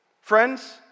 Friends